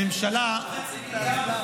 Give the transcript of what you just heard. בממשלה ------ וחצי מיליארד,